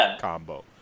combo